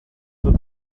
said